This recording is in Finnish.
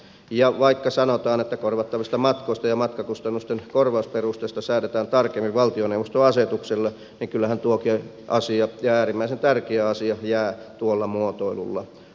ja vaikka sanotaan että korvattavista matkoista ja matkakustannusten korvausperusteista säädetään tarkemmin valtioneuvoston asetuksella niin kyllähän tuokin asia ja äärimmäisen tärkeä asia jää tuolla muotoilulla auki